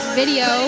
video